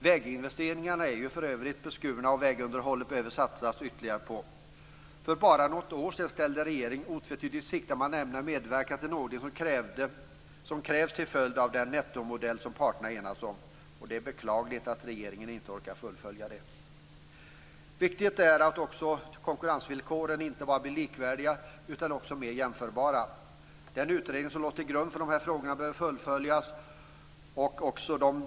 Väginvesteringarna är ju redan beskurna, och det behöver satsas ytterligare på vägunderhållet. För bara något år sedan ställde regeringen otvetydigt i utsikt att man ämnade medverka till en ordning som krävdes till följd av den nettomodell som parterna hade enats om. Det är beklagligt att regeringen inte orkar fullfölja det. Viktigt är också här att konkurrensvillkoren inte bara blir likvärdiga utan också mer jämförbara. Den utredning som låg till grund i dessa frågor bör fullföljas.